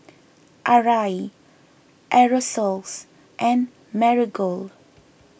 Arai Aerosoles and Marigold